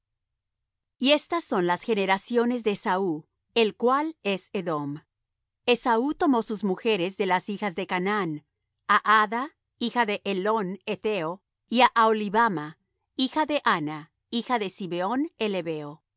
y estas son las generaciones de esaú el cual es edom esaú tomó sus mujeres de las hijas de canaán á ada hija de elón hetheo y á aholibama hija de ana hija de zibeón